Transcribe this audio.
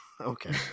Okay